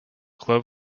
club